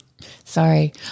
Sorry